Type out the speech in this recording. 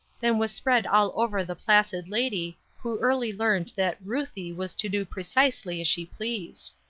than was spread all over the placid lady who early learned that ruthie was to do precisely as she pleased.